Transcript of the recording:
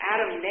Adam